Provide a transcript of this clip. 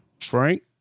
Frank